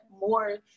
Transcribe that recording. more